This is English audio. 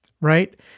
right